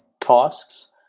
tasks